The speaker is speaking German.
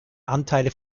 anteile